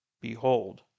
Behold